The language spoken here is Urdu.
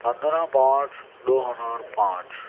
پندرہ مارچ دو ہزار پانچ